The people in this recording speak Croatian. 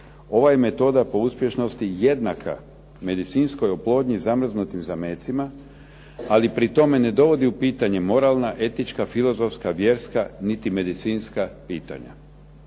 ova je metoda po uspješnosti jednaka medicinskoj oplodnji zamrznutim zametcima, ali pri tome ne dovodi u pitanje moralna, etička, filozofska, vjerska, niti medicinska pitanja.